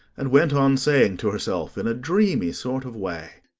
and went on saying to herself, in a dreamy sort of way,